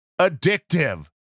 addictive